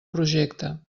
projecte